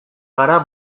gara